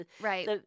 Right